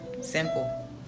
Simple